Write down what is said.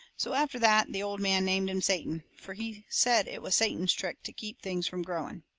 so after that the old man named him satan, fur he said it was satan's trick to keep things from growing.